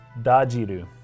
Dajiru